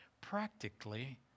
practically